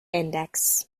index